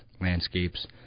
landscapes